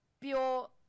pure